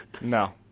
No